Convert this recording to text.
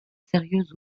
sérieuse